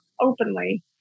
openly